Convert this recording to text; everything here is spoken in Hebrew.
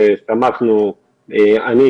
ושמחנו על כך,